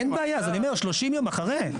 אין בעיה אז אני אומר 30 ימים אחרי.